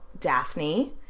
Daphne